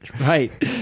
Right